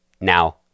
Now